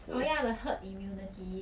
oh ya the herd immunity